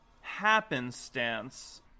happenstance